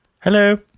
Hello